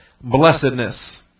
blessedness